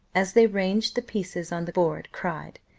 as they ranged the pieces on the board, cried,